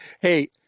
Hey